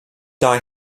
die